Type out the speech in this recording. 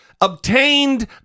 obtained